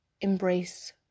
embrace